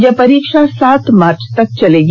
यह परीक्षा सात मार्च तक चलेगी